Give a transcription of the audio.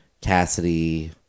Cassidy